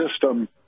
system